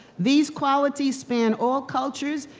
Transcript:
these qualities span all cultures,